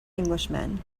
englishman